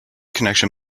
connection